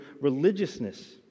religiousness